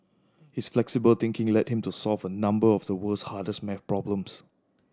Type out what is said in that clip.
his flexible thinking led him to solve a number of the world's hardest math problems